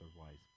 otherwise